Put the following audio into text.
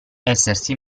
essersi